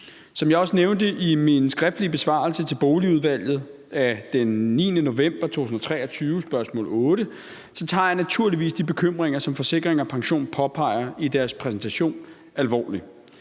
Som jeg også nævnte i min skriftlige besvarelse af spørgsmål nr. 8 til Boligudvalget af den 9. november 2023, tager jeg naturligvis de bekymringer, som Forsikring & Pension påpeger i deres præsentation, alvorligt.